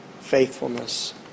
faithfulness